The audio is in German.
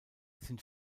sind